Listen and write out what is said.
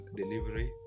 delivery